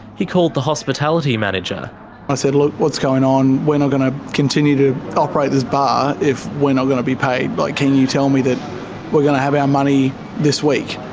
he called the hospitality manager. and i said, look, what's going on, we're not going to continue to operate this bar if we're not going to be paid. but can you tell me that we're going to have our money this week?